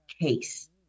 case